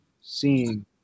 seeing